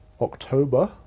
October